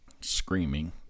screaming